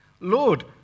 Lord